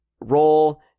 roll